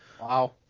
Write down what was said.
Wow